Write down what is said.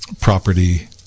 property